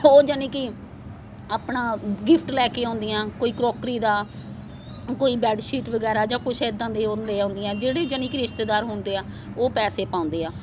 ਉਹ ਯਾਨੀ ਕਿ ਆਪਣਾ ਗਿਫਟ ਲੈ ਕੇ ਆਉਂਦੀਆਂ ਕੋਈ ਕਰੋਕਰੀ ਦਾ ਕੋਈ ਬੈਡ ਸ਼ੀਟ ਵਗੈਰਾ ਜਾਂ ਕੁਛ ਇੱਦਾਂ ਦੇ ਉਹ ਲੈ ਆਉਂਦੀਆਂ ਜਿਹੜੇ ਯਾਨੀ ਕਿ ਰਿਸ਼ਤੇਦਾਰ ਹੁੰਦੇ ਆ ਉਹ ਪੈਸੇ ਪਾਉਂਦੇ ਆ